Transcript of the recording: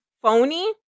phony